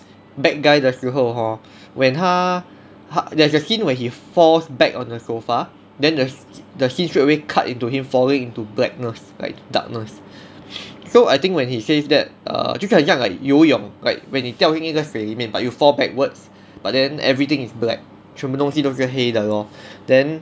bad guy 的时候 hor when 他他 there's a scene where he falls back on the sofa then the the scene straight away cut into him falling into blackness like darkness so I think when he says that err 就很像 like 游泳 like when 你掉进一个水里面 but you fall backwards but then everything is black 全部东西都是黑的 lor then